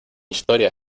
historia